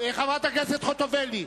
חברת הכנסת חוטובלי,